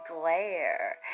glare